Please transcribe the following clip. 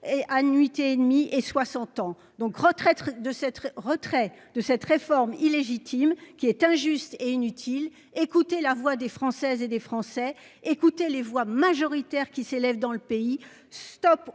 donc retraite de retrait de cette réforme illégitime qui est injuste et inutile, écoutez la voix des Françaises et des Français. Écoutez les voix majoritaire qui s'élève dans le pays. Stop